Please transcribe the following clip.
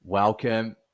Welcome